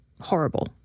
horrible